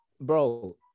bro